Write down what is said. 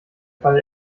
fall